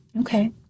okay